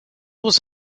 was